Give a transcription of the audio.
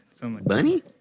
Bunny